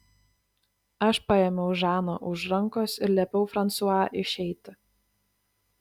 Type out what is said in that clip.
aš paėmiau žaną už rankos ir liepiau fransua išeiti